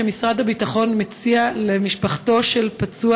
משרד הביטחון מציע למשפחתו של פצוע